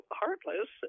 heartless